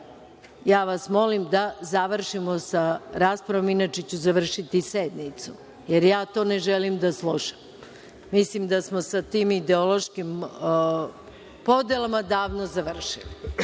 Dakle, molim vas da završimo sa raspravom, inače ću završiti sednicu, jer ja to ne želim da slušam. Mislim da smo sa tim ideološkim podelama davno završili.